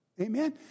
Amen